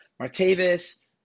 martavis